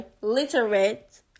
literate